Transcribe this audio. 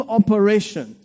operation